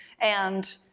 and,